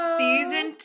season